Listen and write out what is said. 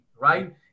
Right